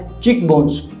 cheekbones